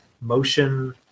motion